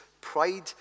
Pride